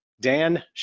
Dan